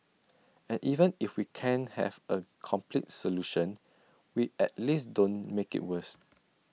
and even if we can't have A complete solution we at least don't make IT worse